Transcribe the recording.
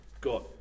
got-